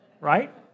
right